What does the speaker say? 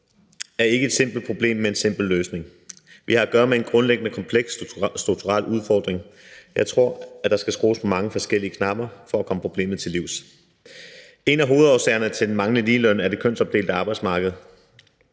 er ikke et simpelt problem med en simpel løsning. Vi har at gøre med en grundlæggende kompleks strukturel udfordring, og jeg tror, at der skal skrues på mange forskellige knapper for at komme problemet til livs. En af hovedårsagerne til den manglende ligeløn er det kønsopdelte arbejdsmarked.